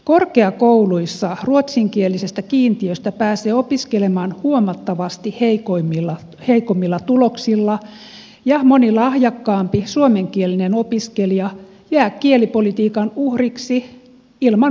korkeakouluissa ruotsinkielisestä kiintiöstä pääsee opiskelemaan huomattavasti heikommilla tuloksilla ja moni lahjakkaampi suomenkielinen opiskelija jää kielipolitiikan uhriksi ilman opiskelupaikkaa